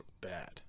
bad